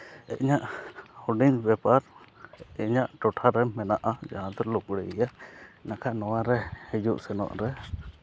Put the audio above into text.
ᱤᱧᱟᱹᱜ ᱦᱩᱰᱤᱧ ᱵᱮᱯᱟᱨ ᱤᱧᱟᱹᱜ ᱴᱚᱴᱷᱟ ᱨᱮ ᱢᱮᱱᱟᱜᱼᱟ ᱡᱟᱦᱟᱸ ᱫᱚ ᱞᱩᱜᱽᱲᱤᱭᱟᱹ ᱱᱟᱠᱷᱟ ᱱᱚᱣᱟ ᱨᱮ ᱦᱤᱡᱩᱜ ᱥᱮᱱᱚᱜ ᱨᱮ